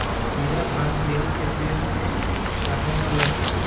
कीरा धान, गेहूं के पेड़ में काहे न लगे?